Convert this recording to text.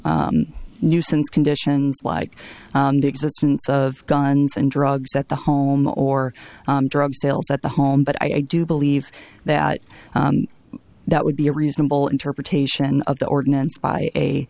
nuisance conditions like the existence of guns and drugs at the home or drug sales at the home but i do believe that that would be a reasonable interpretation of the ordinance by a